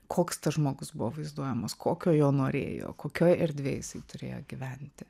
koks tas žmogus buvo vaizduojamas kokio jo norėjo kokioj erdvėj jisai turėjo gyventi